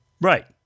Right